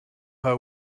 her